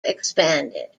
expanded